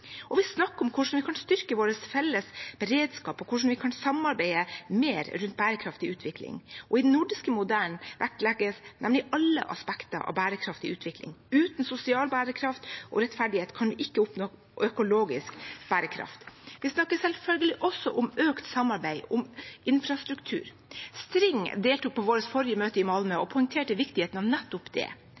Og vi snakker om hvordan vi kan styrke vår felles beredskap, og hvordan vi kan samarbeide mer rundt bærekraftig utvikling. I den nordiske modellen vektlegges nemlig alle aspekter av bærekraftig utvikling. Uten sosial bærekraft og rettferdighet kan vi ikke oppnå økologisk bærekraft. Vi snakker selvfølgelig også om økt samarbeid om infrastruktur. STRING deltok på vårt forrige møte i Malmø og poengterte viktigheten av nettopp det. Et nordisk ministerråd for infrastruktur og digitalisering ville kunne understøtte det